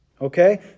okay